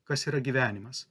kas yra gyvenimas